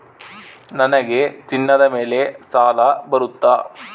ನನಗೆ ಚಿನ್ನದ ಮೇಲೆ ಸಾಲ ಬರುತ್ತಾ?